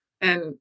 And-